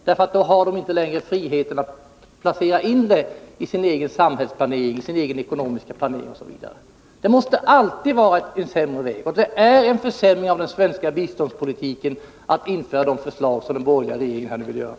Då får inte länderna friheten att placera in biståndet i sin egen ekonomiska planering och samhällsplanering. Att binda biståndet måste alltid vara en sämre väg. Och det vore en försämring av den svenska biståndspolitiken att anta de förslag som den borgerliga regeringen här har lagt fram.